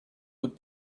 would